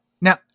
Now